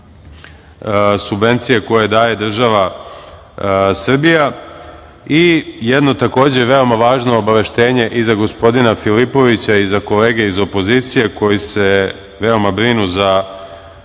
subvencije koje daje država Srbija. Jedno takođe veoma važno obaveštenje i za gospodina Filipovića i za kolege iz opozicije koji se veoma brinu za